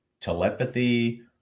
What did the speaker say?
telepathy